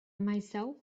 myself